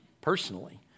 personally